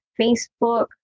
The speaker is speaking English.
Facebook